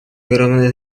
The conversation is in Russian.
огромное